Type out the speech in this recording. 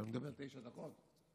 שאני מדבר תשע דקות?